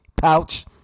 pouch